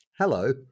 Hello